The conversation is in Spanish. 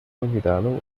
olvidado